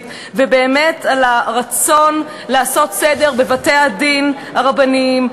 ובאמת על הרצון לעשות סדר בבתי-הדין הרבניים,